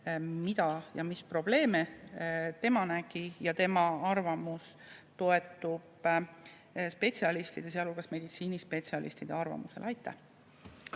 mida ja mis probleeme tema nägi. Tema arvamus toetub spetsialistide, sealhulgas meditsiinispetsialistide arvamusele.